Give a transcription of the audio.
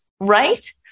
right